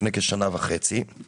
לפני כשנה וחצי,